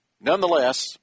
nonetheless